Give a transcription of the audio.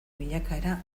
bilakaera